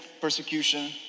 persecution